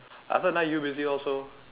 ah sometime you busy also